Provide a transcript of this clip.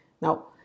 Now